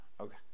Okay